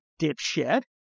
dipshit